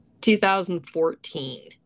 2014